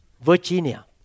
Virginia